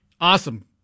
Awesome